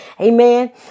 Amen